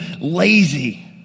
lazy